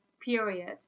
period